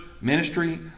ministry